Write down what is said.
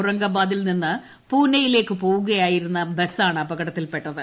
ഔറംഗാബാദിൽ നിന്ന് പൂനെയിലേയ്ക്ക് പോകുകയായിരുന്ന ബസ്റ്റാണ് അപകടത്തിൽപ്പെട്ടത്